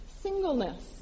singleness